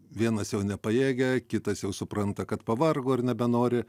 vienas jau nepajėgia kitas jau supranta kad pavargo ir nebenori